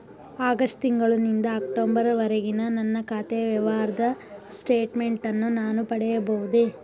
August ತಿಂಗಳು ನಿಂದ October ವರೆಗಿನ ನನ್ನ ಖಾತೆ ವ್ಯವಹಾರದ ಸ್ಟೇಟ್ಮೆಂಟನ್ನು ನಾನು ಪಡೆಯಬಹುದೇ?